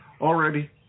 already